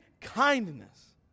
kindness